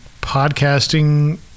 podcasting